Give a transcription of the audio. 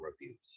reviews